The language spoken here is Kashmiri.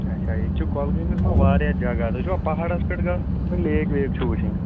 اَچھا ییٚتہِ چھُو کۄلگٲمِس منٛز واریاہ جگہ تُہۍ چھُوا پَہاڑَس پٮ۪ٹھ لیک ویک چھو وٕچھِنۍ